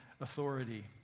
authority